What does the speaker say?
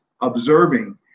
observing